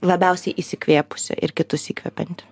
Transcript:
labiausiai įsikvėpusi ir kitus įkvepianti